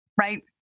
right